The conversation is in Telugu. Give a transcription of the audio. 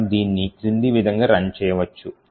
మనము దీన్ని క్రింది విధంగా రన్ చేయవచ్చు